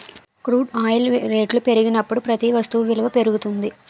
crude oil రేట్లు పెరిగినప్పుడు ప్రతి వస్తు విలువ పెరుగుతుంది